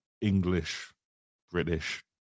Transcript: English-British